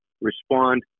Respond